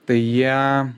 tai jie